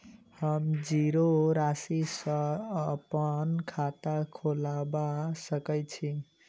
हम जीरो राशि सँ अप्पन खाता खोलबा सकै छी?